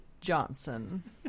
Johnson